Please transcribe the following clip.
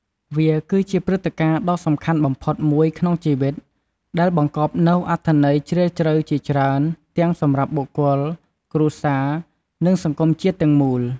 វាគឺជាព្រឹត្តិការណ៍ដ៏សំខាន់បំផុតមួយក្នុងជីវិត ដែលបង្កប់នូវអត្ថន័យជ្រាលជ្រៅជាច្រើន ទាំងសម្រាប់បុគ្គល គ្រួសារ និងសង្គមជាតិទាំងមូល។